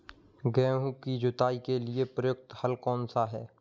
गेहूँ की जुताई के लिए प्रयुक्त हल कौनसा है?